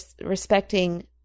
respecting